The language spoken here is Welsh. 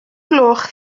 gloch